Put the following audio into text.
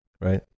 Right